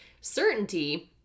certainty